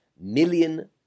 million